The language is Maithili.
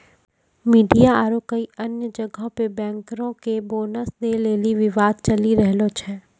मिडिया आरु कई अन्य जगहो पे बैंकरो के बोनस दै लेली विवाद चलि रहलो छै